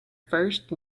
first